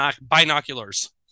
binoculars